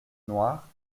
noire